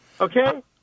Okay